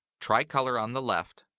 tri-color on the left,